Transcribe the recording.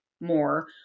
more